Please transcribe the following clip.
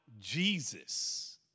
Jesus